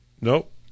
Nope